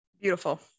Beautiful